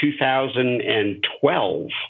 2012